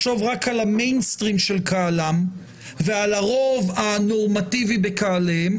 לחשוב רק על המיינסטרים של קהלם ועל הרוב הנורמטיבי בקהליהם,